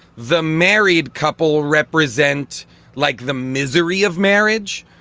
the married couple represent like the misery of marriage,